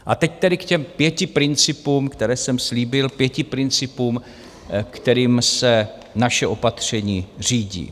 A teď tedy k těm pěti principům, které jsem slíbil, pěti principům, kterým se naše opatření řídí.